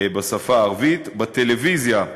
בשפה הערבית, בטלוויזיה,